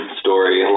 story